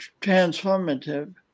transformative